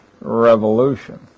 Revolution